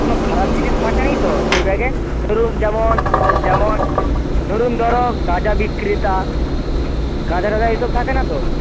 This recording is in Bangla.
কোনো খারাপ জিনিস থাকেনি তো সেই ব্যাগে ধরুন যেমন যেমন ধরুন ধরো গাঁজা বিক্রেতা গাঁজা টাজা এই সব থাকে না তো